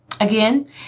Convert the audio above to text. again